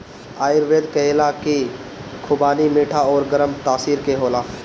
आयुर्वेद कहेला की खुबानी मीठा अउरी गरम तासीर के होला